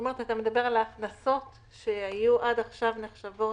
אתה מדבר על ההכנסות שהיו נחשבות